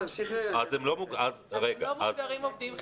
הם לא מוגדרים עובדים חיוניים,